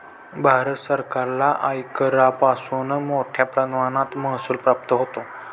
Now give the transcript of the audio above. भारत सरकारला आयकरापासून मोठया प्रमाणात महसूल प्राप्त होतो